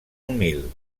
humil